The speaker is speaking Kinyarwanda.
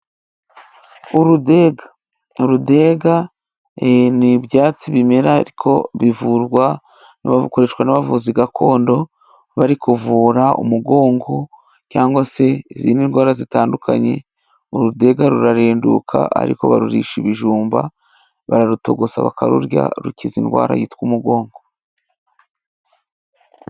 Urudega. Urudega ni ibyatsi bimera ariko bivura bikoreshwa n'abavuzi gakondo bari kuvura umugongo cyangwa se izindi ndwara zitandukanye. Urudega rurarenduka ariko barurisha ibijumba, bararutogosa bakarurya. Rukiza indwara yitwa umugongo.